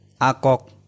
akok